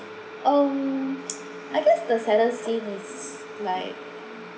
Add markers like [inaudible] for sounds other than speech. um [noise] I guess the saddest thing is like